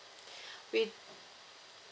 we